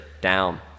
down